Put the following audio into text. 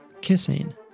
kissing